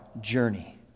journey